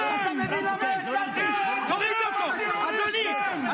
לא ניתן לך לדבר ככה.